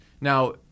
Now